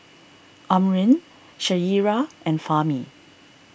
Amrin Syirah and Fahmi